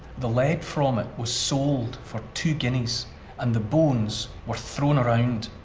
the lead from it was sold for two guineas and the bones were thrown around.